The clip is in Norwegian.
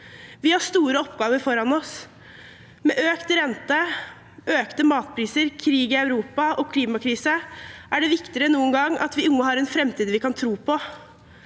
Vi har store oppgaver foran oss. Med økt rente, økte matpriser, krig i Europa og klimakrise er det viktigere enn noen gang at vi unge har en framtid vi kan tro på.